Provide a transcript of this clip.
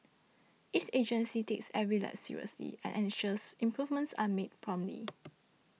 each agency takes every lapse seriously and ensures improvements are made promptly